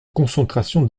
concentration